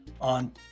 on